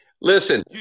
Listen